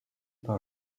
par